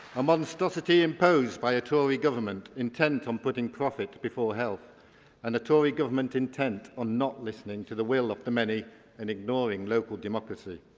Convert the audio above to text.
amonstrosity imposed by a tory government intent on putting profit before health and a tory government intent on not listening to the will of the many and ignoreing local democracy.